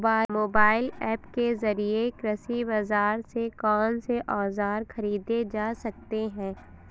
Mobile app के जरिए कृषि बाजार से कौन से औजार ख़रीदे जा सकते हैं?